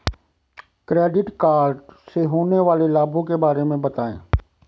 Credit card से होने वाले लाभों के बारे में बताएं?